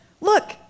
Look